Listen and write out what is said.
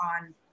on